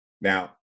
Now